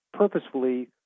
purposefully